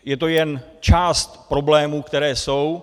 Je to jen část problémů, které jsou.